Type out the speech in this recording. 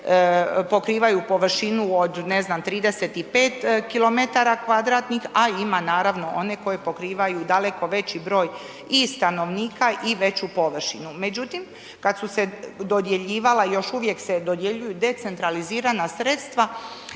koje pokrivaju površinu od ne znam 35 kilometara kvadratnih a ima naravno one koje pokrivaju i daleko veći broj i stanovnika i veću površinu. Međutim, kada su se dodjeljivala i još uvijek se dodjeljuju decentralizirana sredstva